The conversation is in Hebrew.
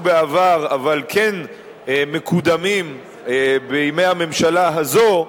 בעבר אבל כן מקודמים בימי הממשלה הזו,